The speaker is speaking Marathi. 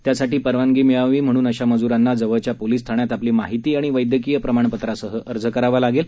त्यासाठी परवानगी निळावी म्हणून अशा मजुरांना जवळच्या पोलीस ठाण्यात आपली माहिती आणि वैद्यकीय प्रमाणपत्रासह अर्ज करावा लागेल